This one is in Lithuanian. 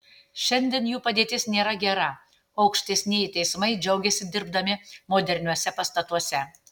šiandien jų padėtis nėra gera o aukštesnieji teismai džiaugiasi dirbdami moderniuose pastatuose